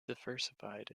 diversified